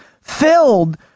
filled